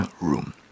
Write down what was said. room